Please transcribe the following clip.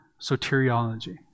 soteriology